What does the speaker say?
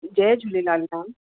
Jay Jhulelal ma'am